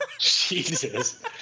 jesus